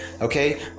Okay